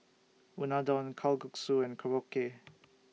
Unadon Kalguksu and Korokke